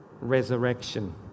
resurrection